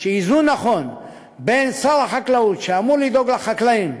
שאיזון נכון בין שר החקלאות, שאמור לדאוג לחקלאים,